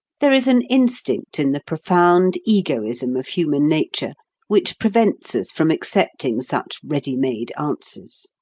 there is an instinct in the profound egoism of human nature which prevents us from accepting such ready-made answers.